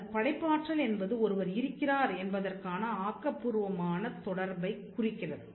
அந்த படைப்பாற்றல் என்பது ஒருவர் இருக்கிறார் என்பதற்கான ஆக்கபூர்வமான தொடர்பைக் குறிக்கிறது